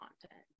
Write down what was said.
content